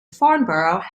farnborough